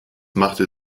machte